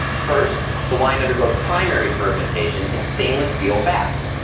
first, the wine undergoes primary fermentation in stainless steel vats.